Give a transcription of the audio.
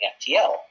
FTL